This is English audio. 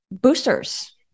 boosters